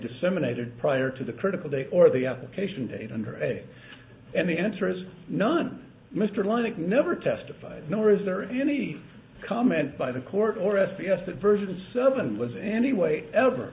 disseminated prior to the critical day or the application date under a and the answer is not mr erlich never testified nor is there any comment by the court or s b s that version seven was any way ever